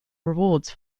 rewards